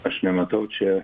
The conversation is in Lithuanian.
aš nematau čia